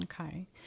Okay